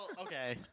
okay